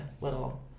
little